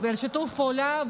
על שיתוף פעולה.